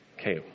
Okay